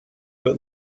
what